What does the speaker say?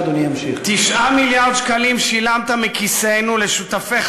9 מיליארד שקלים שילמת מכיסנו לשותפיך